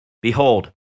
Behold